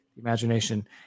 imagination